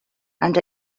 and